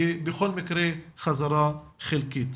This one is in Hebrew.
היא בכל מקרה חזרה חלקית.